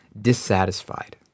dissatisfied